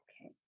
okay